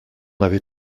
avait